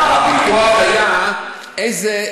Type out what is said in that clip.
הוויכוח היה איזה,